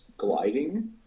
gliding